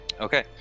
Okay